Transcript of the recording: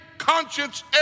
Conscience